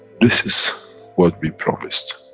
this is what we promised,